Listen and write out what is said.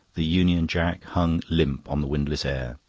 the union jack hung limp on the windless air.